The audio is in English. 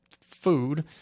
food